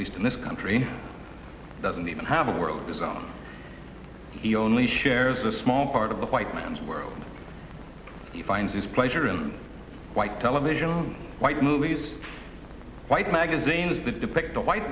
least in this country doesn't even have a world of his own he only shares a small part of the white man's world he finds his pleasure in white television white movies white magazines that depict a white